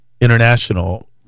international